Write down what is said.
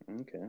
Okay